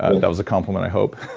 ah that was a compliment, i hope.